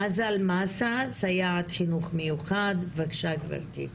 מזל מסה סייעת חינוך מיוחד, בבקשה גברתי.